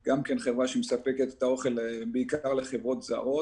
גם כן חברה שמספקת בעיקר לחברות זרות,